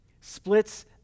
splits